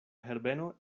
herbeno